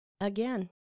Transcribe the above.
Again